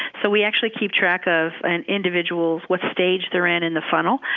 so we actually keep track of an individual, what stage they're in in the funnel,